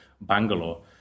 Bangalore